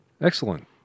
Excellent